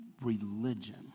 religion